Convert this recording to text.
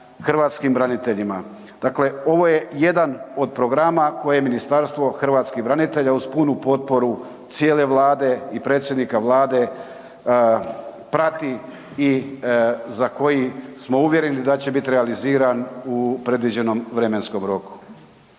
hrvatskim braniteljima. Dakle ovo je jedan od programa koje je Ministarstvo hrvatskih branitelja uz punu potporu cijele Vlade i predsjednika Vlade prati i za koji smo uvjereni da će biti realiziran u predviđenom vremenskom roku.